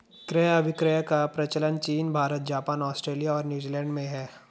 क्रय अभिक्रय का प्रचलन चीन भारत, जापान, आस्ट्रेलिया और न्यूजीलैंड में है